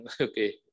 okay